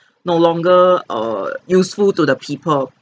no longer err useful to the people